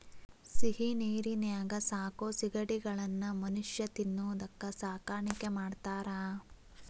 ಸಿಹಿನೇರಿನ್ಯಾಗ ಸಾಕೋ ಸಿಗಡಿಗಳನ್ನ ಮನುಷ್ಯ ತಿನ್ನೋದಕ್ಕ ಸಾಕಾಣಿಕೆ ಮಾಡ್ತಾರಾ